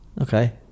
Okay